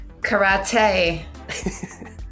Karate